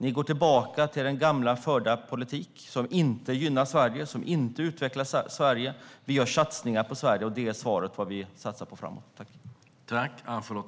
Ni går tillbaka till den gamla förda politiken, som inte gynnar Sverige och som inte utvecklar Sverige. Vi gör satsningar på Sverige. Det är svaret på vad vi satsar på framåt.